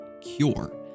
Cure